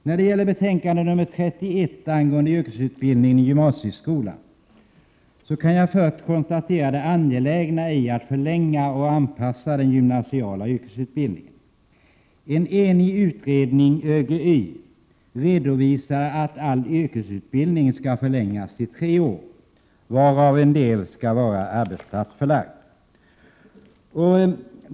När det gäller betänkande 31 angående yrkesutbildningen i gymnasieskolan kan jag först konstatera det angelägna i att förlänga och anpassa den gymnasiala yrkesutbildningen. En enig utredning, ÖGY, ansåg att all yrkesutbildning skulle förlängas till tre år, varav en del skulle vara arbetsplatsförlagd.